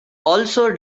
also